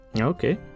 Okay